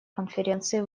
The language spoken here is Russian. конференции